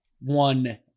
one